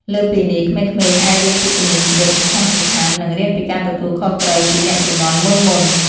លើសពីនេះ ក្មេងៗអាចរៀនពីជំនាញជីវិតសំខាន់ៗ និងរៀនពីការទទួលខុសត្រូវពីអ្នកជំនាន់មុនៗ។